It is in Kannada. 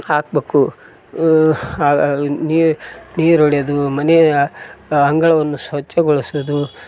ಹಾಕ್ಬೇಕು ಹಾ ನೀರು ನೀರು ಹೊಡ್ಯದು ಮನೆಯ ಆ ಅಂಗಳವನ್ನು ಸ್ವಚ್ಛಗೊಳ್ಸುದು